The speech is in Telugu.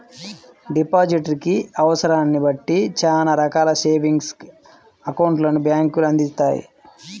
డిపాజిటర్ కి అవసరాన్ని బట్టి చానా రకాల సేవింగ్స్ అకౌంట్లను బ్యేంకులు అందిత్తాయి